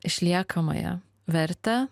išliekamąją vertę